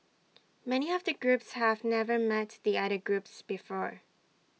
many of the groups have never met the other groups before